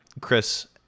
Chris